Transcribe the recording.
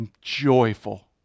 joyful